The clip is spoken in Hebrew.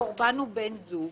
"הקורבן או בן זוג,